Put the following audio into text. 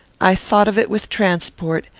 i thought of it with transport,